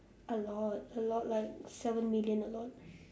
a lot a lot like seven million a lot